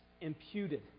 imputed